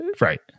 Right